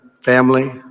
family